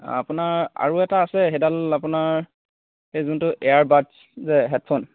আপোনাৰ আৰু এটা আছে সেইডাল আপোনাৰ সেই যোনটো এয়াৰবাদছ যে হেডফোন